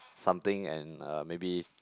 something and uh maybe